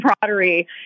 camaraderie